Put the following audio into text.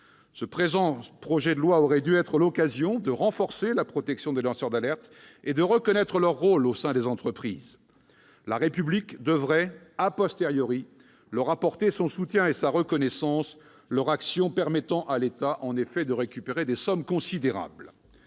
du présent projet de loi aurait dû être l'occasion de renforcer la protection des lanceurs d'alerte et de reconnaître leur rôle au sein des entreprises. La République devrait leur apporter son soutien et leur témoigner sa reconnaissance, leur action permettant à l'État de récupérer des sommes considérables.